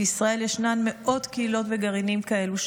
בישראל ישנן מאות קהילות וגרעינים כאלה,